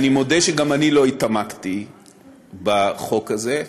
אני מודה שגם אני לא התעמקתי בחוק הזה.